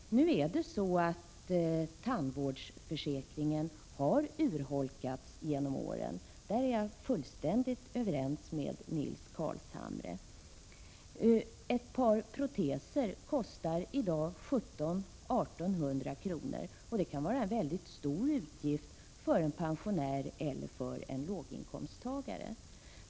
Tandvårdsförsäkringen har urholkats genom åren — på den punkten är jag fullständigt ense med Nils Carlshamre. Ett par proteser kostar i dag 1700—1 800 kr., och detta kan vara en mycket stor utgift för en pensionär eller låginkomsttagare.